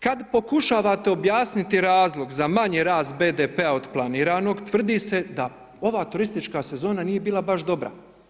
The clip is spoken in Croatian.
Kad pokušavate objasniti razlog za manji rast BDP-a od planiranoga, tvrdi se da ova turistička sezona nije bila baš dobra.